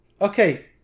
Okay